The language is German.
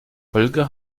holger